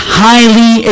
highly